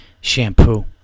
shampoo